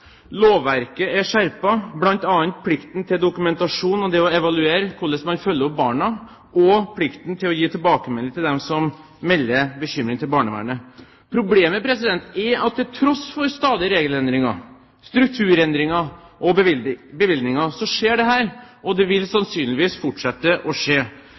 lovverket er skjerpet, bl.a. plikten til dokumentasjon og det å evaluere hvordan man følger opp barna, og plikten til å gi tilbakemelding til dem som melder bekymring til barnevernet. Problemet er at til tross for stadige regelendringer, strukturendringer og bevilgninger, skjer dette, og det vil sannsynligvis fortsette å skje.